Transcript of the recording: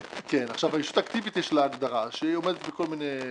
לישות האקטיבית יש הגדרה שהיא עומדת בכל מיני...